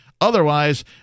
Otherwise